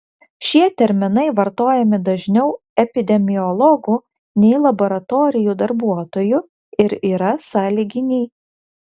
šie terminai vartojami dažniau epidemiologų nei laboratorijų darbuotojų ir yra sąlyginiai